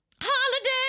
Holiday